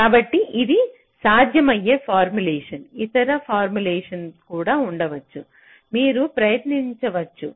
కాబట్టి ఇది సాధ్యమయ్యే ఫార్ములేషన్ ఇతర ఫార్ములేషన్ కూడా ఉండవచ్చు మీరు ప్రయత్నించవచ్చు